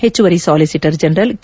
ಹೆಚ್ಚುವರಿ solicitor general K